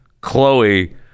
chloe